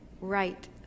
right